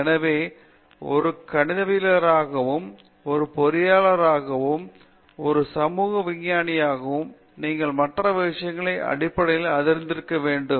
எனவே ஒரு கணிதவியலாளராகவும் ஒரு பொறியியலாளராகவும் ஒரு சமூக விஞ்ஞானியாகவும் நீங்கள் மற்ற விஷயங்களின் அடிப்படைகளை அறிந்திருக்க வேண்டும்